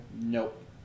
Nope